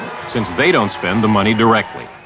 since they don't spend the money directly.